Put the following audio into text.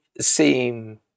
seem